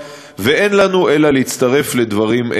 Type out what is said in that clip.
היא לצערנו האמצעי האפקטיבי היחיד להצלת חיי